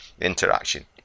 interaction